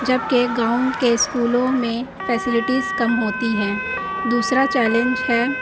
جبکہ گاؤں کے اسکولوں میں فیسلٹیز کم ہوتی ہیں دوسرا چیلنج ہے